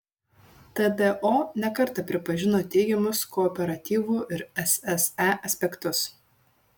tdo ne kartą pripažino teigiamus kooperatyvų ir sse aspektus